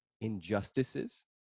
injustices